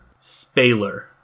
spaler